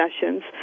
sessions